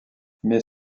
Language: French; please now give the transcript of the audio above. mais